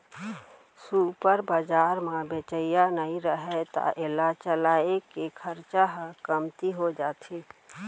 super बजार म बेचइया नइ रहय त एला चलाए के खरचा ह कमती हो जाथे